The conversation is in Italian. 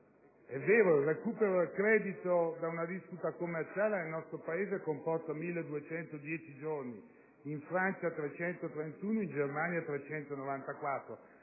è vero che il recupero crediti da una disputa commerciale nel nostro Paese comporta 1.210 giorni, in Francia 331, in Germania 394;